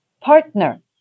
partner